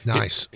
nice